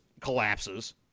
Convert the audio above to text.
collapses